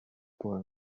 por